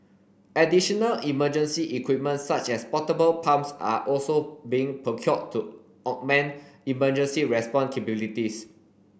additional emergency equipment such as portable pumps are also being procured to augment emergency response capabilities